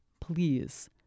please